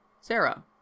Sarah